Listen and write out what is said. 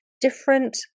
different